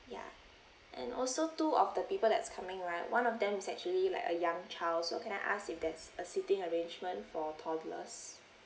ya and also two of the people that's coming right one of them is actually like a young child so can I ask if there's a seating arrangement for toddlers